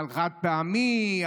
על חד-פעמי,